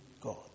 God